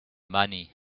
money